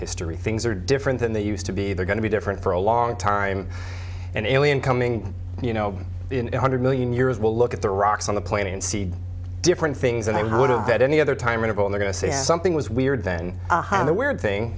history things are different than they used to be they're going to be different for a long time and only in coming you know in one hundred million years we'll look at the rocks on the planet and see different things and i would have bet any other time interval they're going to say something was weird then the weird thing